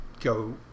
go